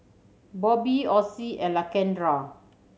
Bobbie Ossie and Lakendra